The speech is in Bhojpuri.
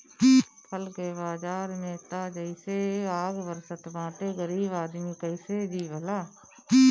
फल के बाजार में त जइसे आग बरसत बाटे गरीब आदमी कइसे जी भला